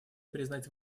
признать